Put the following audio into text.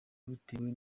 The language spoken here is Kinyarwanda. bitewe